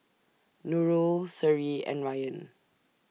Nurul Seri and Ryan